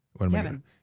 Kevin